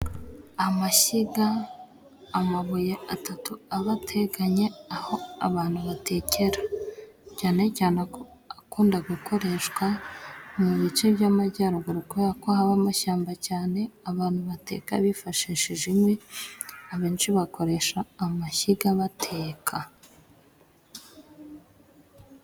Amashyiga amabuye atatu aba ateganye aho abantu batekera cyane cyane ko akunda gukoreshwa mu bice by'amajyaruguru kuko haba amashyamba cyane abantu bateka bifashishijei ikwi abenshi bakoresha amashyiga bateka